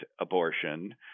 abortion